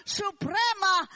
suprema